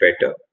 better